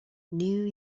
new